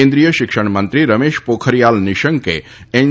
કેન્દ્રીય શિક્ષણમંત્રી રમેશ પોખરિયાલ નિશંકે એન